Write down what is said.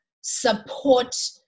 support